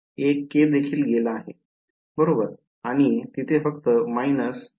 एक K देखील गेले आहे बरोबर आणि तिथे फक्त -jxj आहे